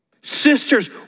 Sisters